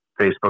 Facebook